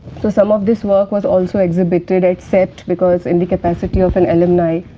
so, some of this work was also exhibited at cept, because in the capacity of an alumna,